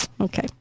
Okay